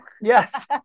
yes